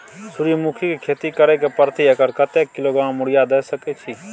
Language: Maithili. सूर्यमुखी के खेती करे से प्रति एकर कतेक किलोग्राम यूरिया द सके छी?